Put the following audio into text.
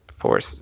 force